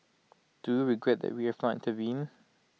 do you regret that we have not intervened